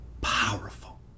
powerful